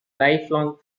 lifelong